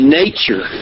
nature